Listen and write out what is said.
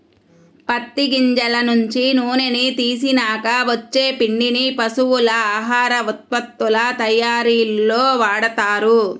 పత్తి గింజల నుంచి నూనెని తీసినాక వచ్చే పిండిని పశువుల ఆహార ఉత్పత్తుల తయ్యారీలో వాడతారు